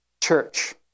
church